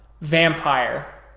Vampire